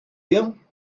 you